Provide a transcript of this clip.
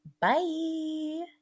Bye